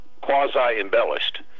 quasi-embellished